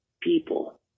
people